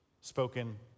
spoken